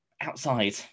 outside